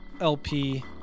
LP